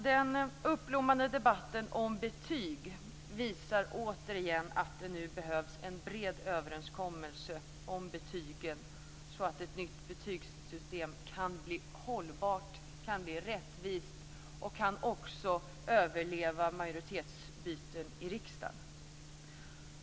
Den uppblommade debatten om betyg visar återigen att det nu behövs en bred överenskommelse om betygen, så att ett nytt betygssystem kan bli hållbart, rättvist och även kan överleva majoritetsbyten i riksdagen.